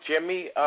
Jimmy